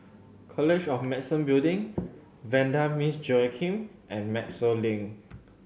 College of Medicine Building Vanda Miss Joaquim and Maxwell Link